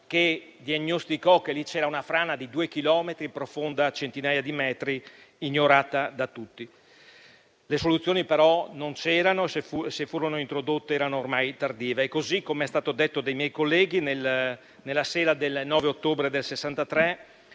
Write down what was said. che diagnosticò che lì c'era una frana di due chilometri, profonda centinaia di metri, ignorata da tutti. Le soluzioni, però, non c'erano e se furono introdotte erano ormai tardive. Così, come è stato detto dai miei colleghi, nella sera del 9 ottobre 1963